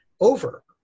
over